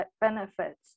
benefits